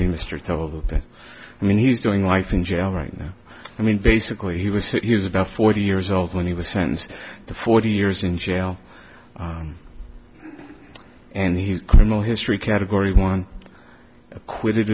bit i mean he's doing life in jail right now i mean basically he was he was about forty years old when he was sentenced to forty years in jail and he criminal history category one acquitted